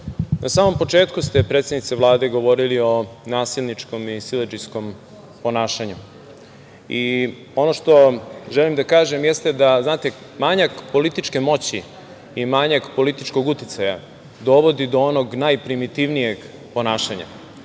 Na samom početku ste, predsednice Vlade, govorili o nasilničkom i siledžijskom ponašanju i ono što želim da kažem jeste da manjak političke moći i manjak političkog uticaja dovodi do onog najprimitivnijeg ponašanja.